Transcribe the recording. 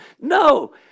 No